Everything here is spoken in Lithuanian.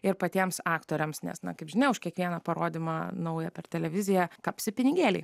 ir patiems aktoriams nes na kaip žinia už kiekvieną parodymą naują per televiziją kapsi pinigėliai